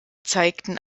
zeigten